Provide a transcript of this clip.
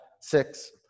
six